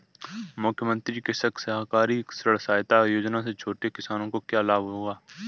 मुख्यमंत्री कृषक सहकारी ऋण सहायता योजना से छोटे किसानों को क्या लाभ होगा?